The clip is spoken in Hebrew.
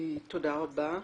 תודה רבה.